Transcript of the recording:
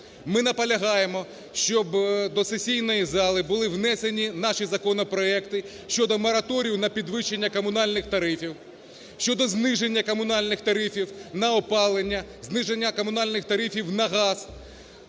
Ми наполягаємо, щоб до сесійної зали були внесені наші законопроекти щодо мораторію на підвищення комунальних тарифів, щодо зниження комунальних тарифів на опалення, зниження комунальних тарифів на газ.